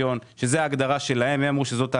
מוצדקים והם מגיעים